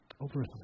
Over